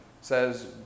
says